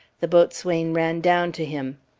the boatswain ran down to him.